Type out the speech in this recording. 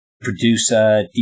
Producer